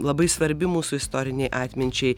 labai svarbi mūsų istorinei atminčiai